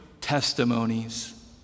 testimonies